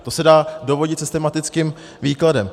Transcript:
To se dá dovodit systematickým výkladem.